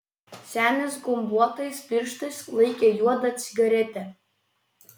senis gumbuotais pirštais laikė juodą cigaretę